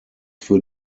für